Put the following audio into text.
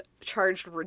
charged